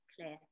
clear